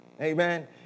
Amen